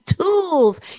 tools